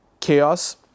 chaos